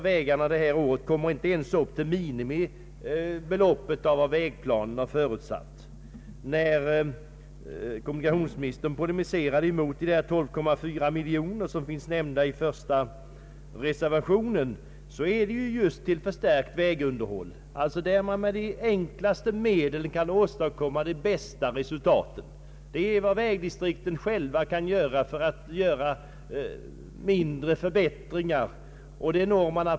Vägkostnaderna kommer i år inte ens upp i de minimibelopp som förutsatts i vägplanerna. Kommunikationsministern polemiserade mot att man skulle uppräkna anslagsmedlen för förstärkt vägunderhåll med 12,4 miljoner kronor, vilket föreslås i reservationen 1. Vägunderhåll utgör det enklaste medlet att åstadkomma goda vägförhållanden, och vägdistrikten kan här själva göra många mindre förbättringar.